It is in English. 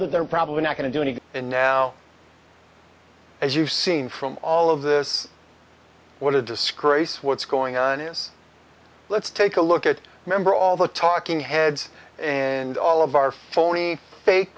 that they're probably not going to do any good and now as you've seen from all of this one of the scrapes what's going on is let's take a look at remember all the talking heads and all of our phony fake